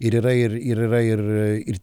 ir yra ir yra ir